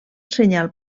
senyal